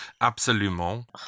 Absolument